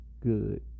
good